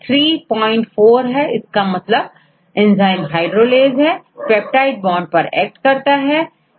34का अर्थ है कि यह एंजाइम hydrolase है और पेप्टाइड बॉन्ड पर एक्ट करता है